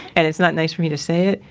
and it's not nice for me to say it,